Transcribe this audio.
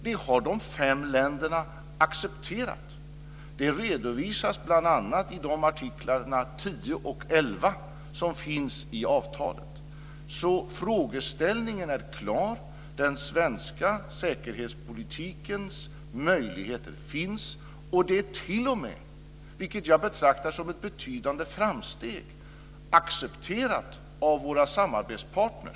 Det har de fem länderna accepterat. Det redovisas bl.a. i artiklarna 10 och 11 som finns i avtalet. Frågeställningen är klar. Den svenska säkerhetspolitikens möjligheter finns. Det är t.o.m., vilket jag betraktar som ett betydande framsteg, accepterat av våra samarbetspartner.